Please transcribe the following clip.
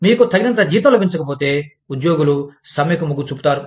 మీకు తగినంత జీతం లభించకపోతే ఉద్యోగులు సమ్మెకు మొగ్గు చూపుతారు